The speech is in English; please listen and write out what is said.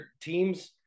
teams